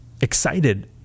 excited